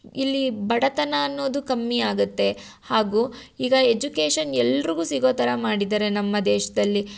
ಇಲ್ಲಿ ಬಡತನ ಅನ್ನೋದು ಕಮ್ಮಿ ಆಗುತ್ತೆ ಹಾಗೂ ಈಗ ಎಜುಕೇಶನ್ ಎಲ್ರಿಗೂ ಸಿಗೋ ಥರ ಮಾಡಿದ್ದಾರೆ ನಮ್ಮ ದೇಶದಲ್ಲಿ